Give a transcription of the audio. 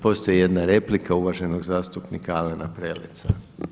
Postoji jedna replika uvaženog zastupnika Alena Preleca.